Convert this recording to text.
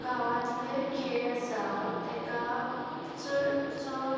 गांवांतले खेळ आसा ताका चडसो